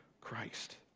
Christ